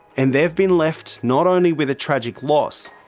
and they've been left not only with a tragic loss,